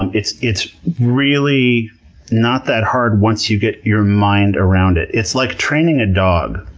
um it's it's really not that hard once you get your mind around it. it's like training a dog